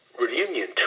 reunion